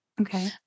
Okay